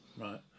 right